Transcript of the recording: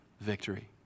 victory